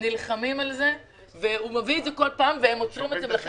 הוא מביא את זה כל פעם והם עוצרים את זה.